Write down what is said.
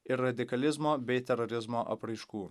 ir radikalizmo bei terorizmo apraiškų